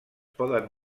poden